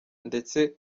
ndetse